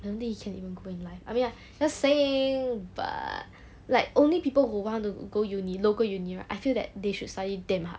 I don't think he can even go in life I mean like just saying but like only people who want to go uni local uni right I feel that they should study damn hard